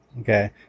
Okay